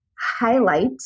Highlight